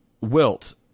Wilt